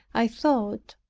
i thought,